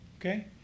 okay